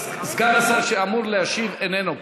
סגן השר שאמור להשיב איננו פה,